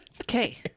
Okay